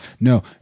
no